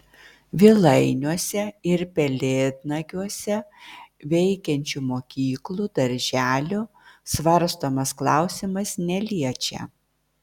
vilainiuose ir pelėdnagiuose veikiančių mokyklų darželių svarstomas klausimas neliečia